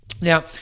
Now